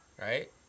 right